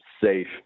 safe